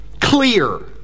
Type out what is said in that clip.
Clear